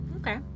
okay